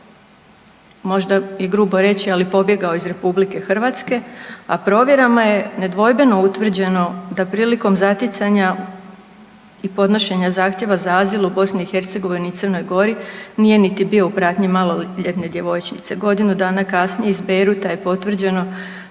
možda i grubo reći ali pobjegao iz RH, a provjerama je nedvojbeno utvrđeno da prilikom zaticanja i podnošenja zahtjeva za azil u BiH i Crnoj Gori nije niti bio u pratnji maloljetne djevojčice. Godinu dana kasnije iz Bejruta je potvrđeno